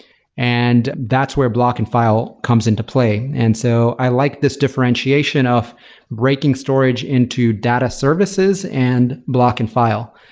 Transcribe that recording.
and that's where block and file comes into play. and so i like this differentiation of breaking storage into data services and block and file.